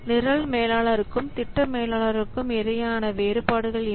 நிரல் மேலாளர்களுக்கும் திட்ட மேலாளர்களுக்கும் இடையிலான வேறுபாடுகள் இவை